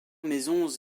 maisons